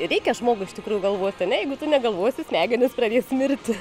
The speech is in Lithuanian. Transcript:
reikia žmogui iš tikrųjų galvot ane jeigu tu negalvosi smegenys pradės mirti